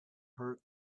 her